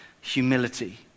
humility